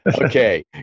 Okay